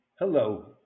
Hello